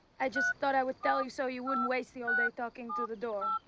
i just thought i would tell you so you wouldn't waste the whole day talking to the door.